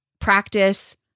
practice